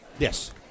Yes